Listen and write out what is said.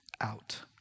out